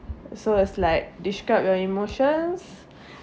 so as like describe your emotions